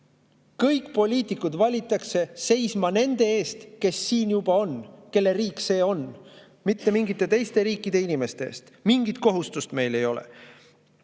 Kõik poliitikud valitakse seisma nende eest, kes siin juba on, kelle riik see on, mitte mingite teiste riikide inimeste eest. Mingit kohustust meil ei ole.